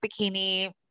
Bikini